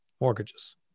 mortgages